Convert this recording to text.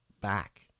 back